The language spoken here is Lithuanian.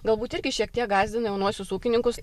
galbūt irgi šiek tiek gąsdina jaunuosius ūkininkus